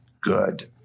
good